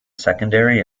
secondary